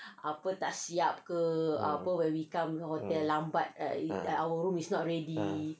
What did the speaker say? ah ah